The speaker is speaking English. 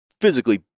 physically